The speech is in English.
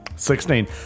Sixteen